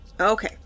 Okay